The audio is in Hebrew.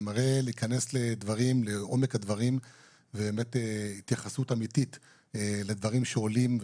זה מראה על כניסה לעומק הדברים והתייחסות אמיתית לדברים שעולים,